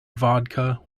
vodka